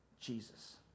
Jesus